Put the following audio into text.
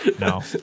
no